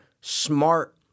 smart